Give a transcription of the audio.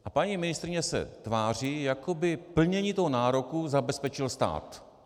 A paní ministryně se tváří jako by plnění toho nároku zabezpečil stát.